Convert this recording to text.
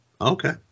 Okay